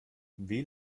wie